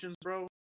bro